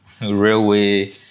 railway